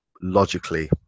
logically